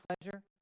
pleasure